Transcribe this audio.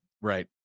Right